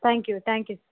thank you thank you